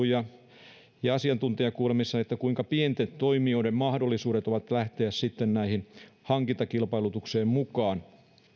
ja ja asiantuntijakuulemisessa siitä millaiset pienten toimijoiden mahdollisuudet ovat lähteä näihin hankintakilpailutuksiin mukaan